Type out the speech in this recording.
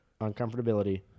uncomfortability